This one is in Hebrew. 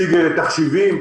20% על פי תחשיבים.